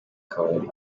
kabari